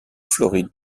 floride